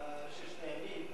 אחרי מלחמת ששת הימים,